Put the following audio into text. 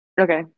Okay